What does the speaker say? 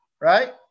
right